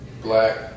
black